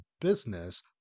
business